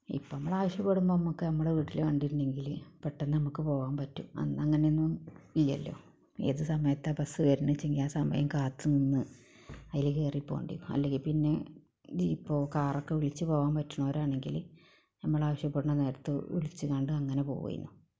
ഇപ്പം നമ്മളാവശ്യപ്പെടുമ്പോൾ നമുക്ക് നമ്മുടെ വീട്ടില് വണ്ടി ഉണ്ടെങ്കിൽ പെട്ടന്ന് നമുക്ക് പോകാൻ പറ്റും അന്ന് അങ്ങനെ ഒന്നും ഇല്ലല്ലോ ഏത് സമയത്താണ് ബസ്സ് വരുന്നതെന്ന് അനുസരിച്ച് ആ സമയം കാത്ത് നിന്ന് അതിൽ കയറി പോകേണ്ടിയിരുന്നു അല്ലെങ്കിൽ പിന്നെ ജീപ്പോ കാറോ ഒക്കെ വിളിച്ച് പോകാൻ പറ്റുന്നവരാണെങ്കിൽ നമ്മളാവശ്യപ്പെടുന്ന നേരത്ത് വിളിച്ചുകൊണ്ട് അങ്ങനെ പോകുമായിരുന്നു